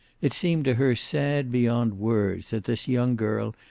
it seemed to her sad beyond words that this young girl,